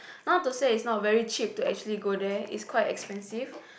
not to say it's not very cheap to actually go there it's quite expensive